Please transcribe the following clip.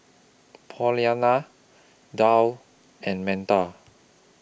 Paulina Dow and Metta